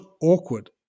awkward